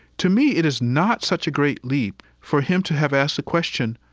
to me it is not such a great leap for him to have asked the question,